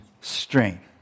strength